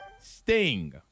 Sting